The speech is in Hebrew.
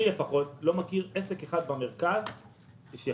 אני לפחות לא מכיר עסק אחד במרכז שחטף